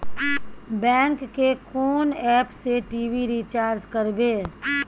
Bank के कोन app से टी.वी रिचार्ज करबे?